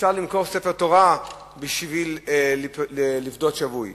אפשר למכור ספר תורה בשביל לפדות שבוי.